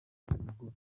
bitamugoye